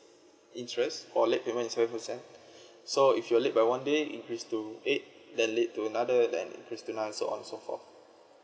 interest for late payment is seven percent so if you're late by one day increase to eight then lead to another then increase to nine so on so forth